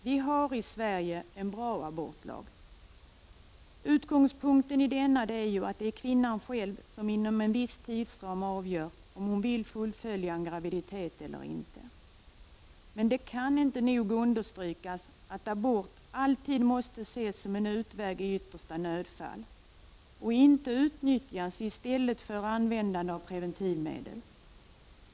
Vi har i Sverige en bra abortlag. Utgångspunkten i denna är att det är kvinnan som inom en viss tidsram avgör om hon vill fullfölja en graviditet eller inte. Men det kan inte nog understrykas att en abort alltid måste ses som en nödfallsutväg och inte utnyttjas i stället för användande av preventivmedel.